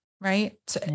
right